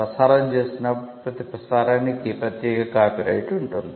ప్రసారం చేసినప్పుడు ప్రతి ప్రసారానికి ప్రత్యేక కాపీరైట్ ఉంటుంది